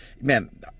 Man